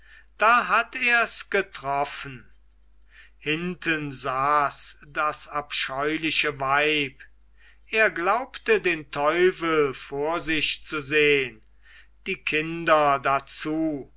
da hat ers getroffen hinten saß das abscheuliche weib er glaubte den teufel vor sich zu sehn die kinder dazu